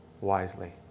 wisely